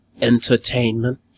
entertainment